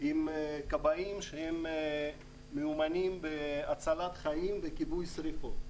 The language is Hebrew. עם כבאים שהם מיומנים בהצלת חיים וכיבוי שריפות.